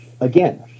again